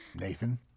Nathan